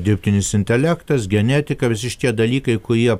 dirbtinis intelektas genetika visi šitie dalykai kurie